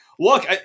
Look